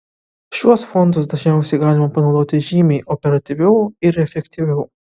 šiuos fondus dažniausiai galima panaudoti žymiai operatyviau ir efektyviau